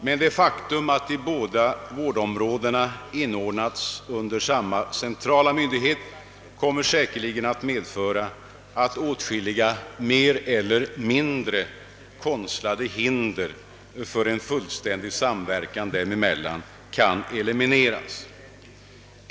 Men det faktum att de båda vårdområdena inordnas under samma centrala myndighet kommer säkerligen att medföra att åtskilliga mer eller mindre konstlade hinder för en fullständig samverkan dem emellan kan elimineras.